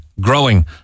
growing